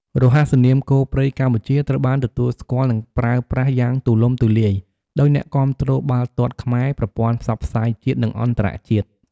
រហស្សនាម "គោព្រៃកម្ពុជា" ត្រូវបានទទួលស្គាល់ និងប្រើប្រាស់យ៉ាងទូលំទូលាយដោយអ្នកគាំទ្របាល់ទាត់ខ្មែរ ប្រព័ន្ធផ្សព្វផ្សាយជាតិ និងអន្តរជាតិ។